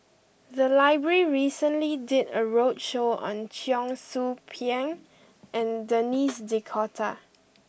the library recently did a roadshow on Cheong Soo Pieng and Denis D'Cotta